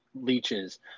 leeches